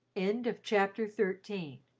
end of chapter thirteen